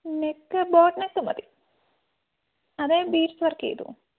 neck boat neck മതി അതിൽ bead work ചെയ്തോ